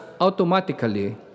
Automatically